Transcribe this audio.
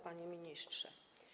Panie Ministrze!